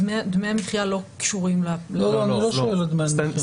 דמי המחייה לא קשורים --- אני לא שואל על דמי המחייה.